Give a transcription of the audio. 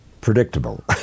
predictable